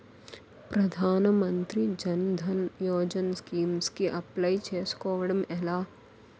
ప్రధాన మంత్రి జన్ ధన్ యోజన స్కీమ్స్ కి అప్లయ్ చేసుకోవడం ఎలా?